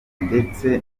ndetse